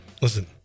Listen